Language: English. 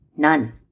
none